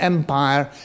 Empire